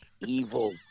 evil